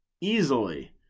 easily